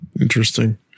Interesting